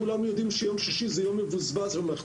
כולם יודעים שיום שישי הוא יום מבוזבז במערכת